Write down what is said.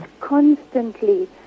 Constantly